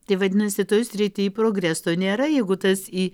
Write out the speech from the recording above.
tai vadinasi toj srity progreso nėra jeigu tas į